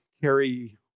carry